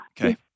Okay